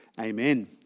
amen